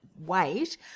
Wait